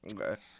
Okay